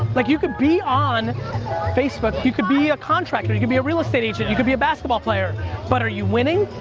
like you could be on facebook, you could be a contractor, you could be a real estate agent, you could be a basketball player but are you winning?